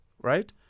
right